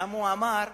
גם הוא אמר: